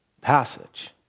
passage